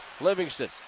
Livingston